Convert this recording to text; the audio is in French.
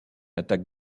attaque